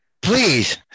Please